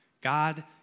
God